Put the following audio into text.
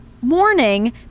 morning